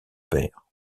père